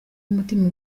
umutima